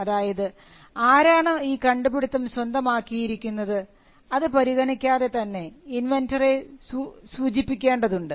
അതായത് ആരാണ് ഈ കണ്ടുപിടുത്തം സ്വന്തമാക്കിയിരിക്കുന്നത് അത് പരിഗണിക്കാതെ തന്നെ ഇൻവെൻന്ററെ സൂചിപ്പിക്കേണ്ടതുണ്ട്